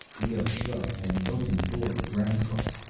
leoh shrugged, and opened the door of the groundcar.